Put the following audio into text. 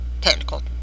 technical